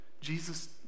Jesus